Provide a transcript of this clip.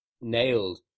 nailed